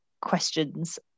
questions